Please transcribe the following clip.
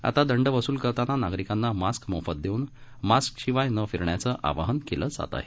आता दंड वसूल करताना नागरिकांना मास्क मोफत देऊन मास्कशिवाय न फिरण्याचे आवाहन केले जाते आहे